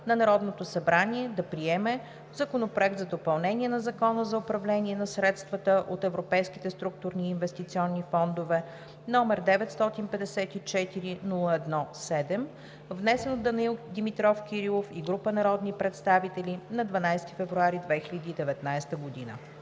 на Народното събрание да приеме Законопроект за допълнение на Закона за управление на средствата от европейските структурни и инвестиционни фондове, № 954-01-7, внесен от Данаил Димитров Кирилов и група народни представители на 12 февруари 2019 г.“